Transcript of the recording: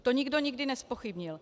To nikdo nikdy nezpochybnil.